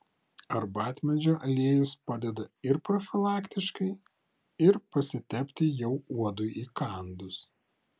arbatmedžio aliejus padeda ir profilaktiškai ir pasitepti jau uodui įkandus